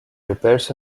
repairs